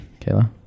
Kayla